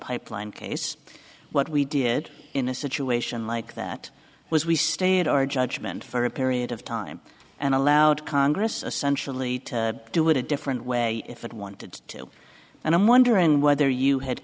pipeline case what we did in a situation like that was we stayed our judgment for a period of time and allowed congress essentially to do it a different way if it wanted to and i'm wondering whether you had